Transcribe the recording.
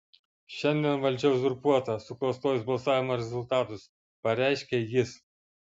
šiandien valdžia uzurpuota suklastojus balsavimo rezultatus pareiškė jis